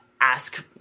ask